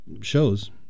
shows